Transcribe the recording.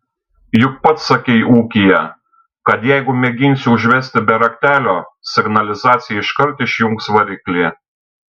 juk pats sakei ūkyje kad jeigu mėginsi užvesti be raktelio signalizacija iškart išjungs variklį